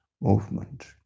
movement